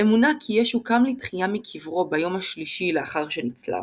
האמונה כי ישו קם לתחייה מקברו ביום השלישי לאחר שנצלב.